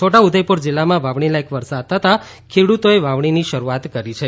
છોટાઉદેપુર જિલ્લામાં વાવણી લાયક વરસાદ થતાં ખેડૂતોએ વાવણીની શરૂઆત કરી છે